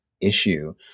issue